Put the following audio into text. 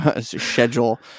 schedule